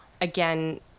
again